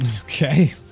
Okay